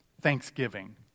thanksgiving